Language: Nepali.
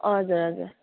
हजुर हजुर